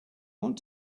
want